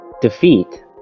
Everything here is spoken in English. defeat